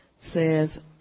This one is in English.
says